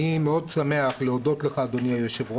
אני מאוד שמח להודות לך, אדוני היושב ראש,